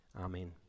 Amen